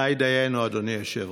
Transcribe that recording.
די דיינו, אדוני היושב-ראש.